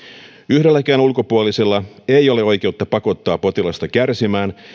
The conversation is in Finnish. yhdelläkään ulkopuolisella ei ole oikeutta pakottaa potilasta kärsimään